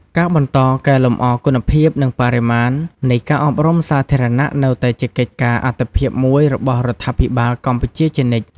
ការបន្ត កែលម្អគុណភាព និងបរិមាណ នៃការអប់រំសាធារណៈនៅតែជាកិច្ចការអាទិភាពមួយរបស់រដ្ឋាភិបាលកម្ពុជាជានិច្ច។